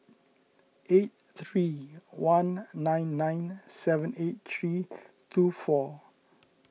eight three one nine nine seven eight three two four